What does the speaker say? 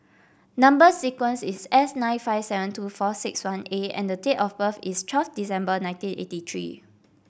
number sequence is S nine five seven two four six one A and the date of birth is twelve December nineteen eighty three